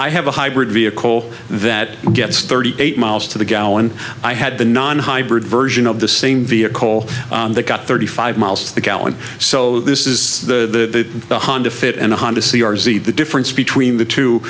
i have a hybrid vehicle that gets thirty eight miles to the gallon i had the non hybrid version of the same vehicle that got thirty five miles to the gallon so this is the one hundred fit and a honda c r v the difference between the two